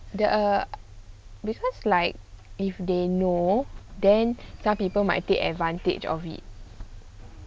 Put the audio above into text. there are because like if they know then some people might take advantage of it